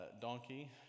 donkey